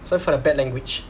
sorry for the bad language